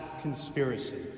conspiracy